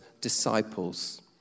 disciples